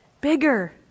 Bigger